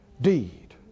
deed